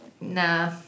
nah